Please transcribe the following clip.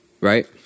Right